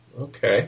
Okay